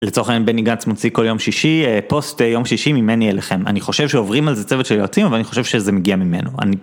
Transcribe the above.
לצורך הענין בני גץ מוציא כל יום שישי פוסט יום שישי ממני אליכם אני חושב שעוברים על זה צוות של יוצאים אבל אני חושב שזה מגיע ממנו. אני